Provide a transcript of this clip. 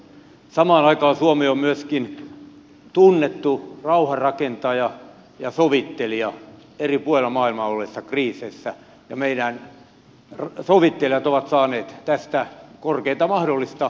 samaan aikaan suomi on myöskin tunnettu rauhanrakentaja ja sovittelija eri puolilla maailmaa olleissa kriiseissä ja meidän sovittelijamme ovat saaneet tästä korkeinta mahdollista arvostusta